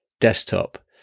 desktop